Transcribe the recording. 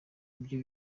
ibyo